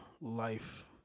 life